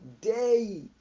day